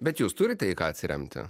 bet jūs turite į ką atsiremti